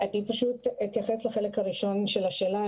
אתייחס לחלק הראשון של השאלה,